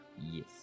Yes